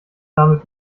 damit